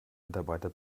mitarbeiter